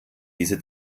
diese